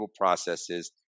processes